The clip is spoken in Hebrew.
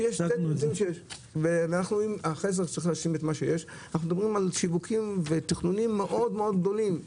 ואנחנו מדברים על שיווקים ותכנונים מאוד גדולים.